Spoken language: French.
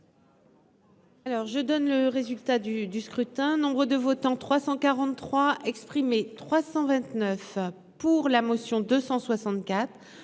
je donne le résultat du du scrutin, nombre de votants 343 exprimés 329 pour la motion 264